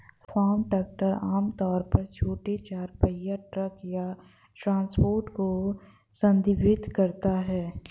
farm truck आम तौर पर छोटे चार पहिया ट्रक या ट्रांसपोर्टर को संदर्भित करता है